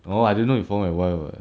orh I didn't know you follow my wife [what]